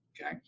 okay